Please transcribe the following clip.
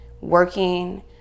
working